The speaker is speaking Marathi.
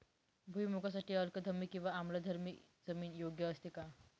भुईमूगासाठी अल्कधर्मी किंवा आम्लधर्मी जमीन योग्य असते का?